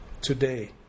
today